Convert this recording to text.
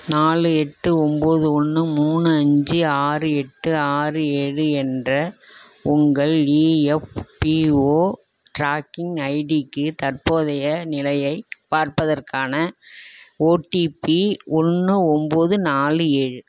நாலு எட்டு ஒம்பது ஒன்று மூணு அஞ்சு ஆறு எட்டு ஆறு ஏழு என்ற உங்கள் இஎஃப்பிஓ ட்ராக்கிங் ஐடிக்கு தற்போதைய நிலையைப் பார்ப்பதற்கான ஓடிபி ஒன்று ஒம்பது நாலு ஏழு